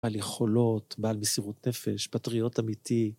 בעל יכולות, בעל מסירות נפש, פטריוט אמיתי.